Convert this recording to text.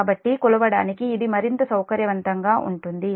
కాబట్టి కొలవడానికి ఇది మరింత సౌకర్యవంతంగా ఉంటుంది